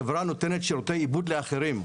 החברה נותנת שירותי עיבוד לאחרים.